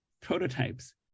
prototypes